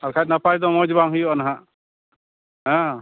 ᱟᱨᱵᱟᱠᱷᱟᱡ ᱱᱟᱯᱟᱭ ᱫᱚ ᱢᱚᱡᱽ ᱵᱟᱝ ᱦᱩᱭᱩᱜᱼᱟ ᱱᱟᱦᱟᱜ ᱦᱮᱸ